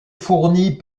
fournies